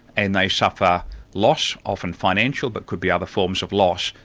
and they suffer loss, often financial, but could be other forms of loss,